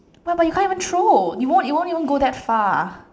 why but you can't even throw it won't it won't even go that far